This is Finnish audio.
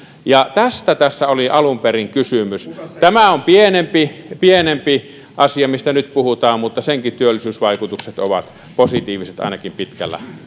ja tästä tässä oli alun perin kysymys tämä on pienempi pienempi asia mistä nyt puhutaan mutta senkin työllisyysvaikutukset ovat positiiviset ainakin pitkällä